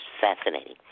fascinating